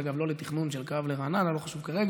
זה, אגב לא לתכנון של קו לרעננה, לא חשוב כרגע,